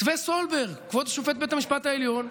מתווה סולברג, כבוד שופט בית המשפט העליון,